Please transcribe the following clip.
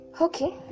Okay